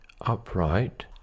upright